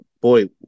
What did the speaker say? Boy